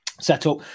setup